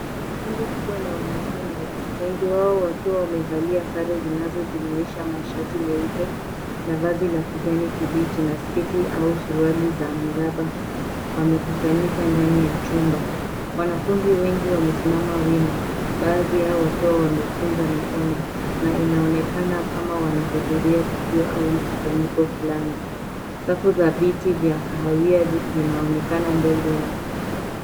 Kundi kubwa la wanafunzi wengi wao wakiwa wamevalia sare zianzojumuisha mashati meupe na vazi la kijani kibichi na sketi au suruali za miraba. Wamekusanyika ndani ya chumba. Wanafunzi wengi wamesimama wima baadhi yao wakiwa wamekunja mikono na inaonekana kama wanahudhuria tukio au mkusanyiko fulani. Safu za viti vya kahawia zinaonekana mbele yao.